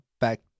back